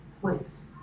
place